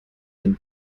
den